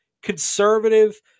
conservative